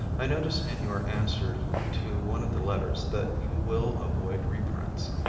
i noticed in your answer to one of the letters that you will avoid reprints.